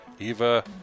Eva